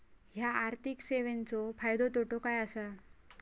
हया आर्थिक सेवेंचो फायदो तोटो काय आसा?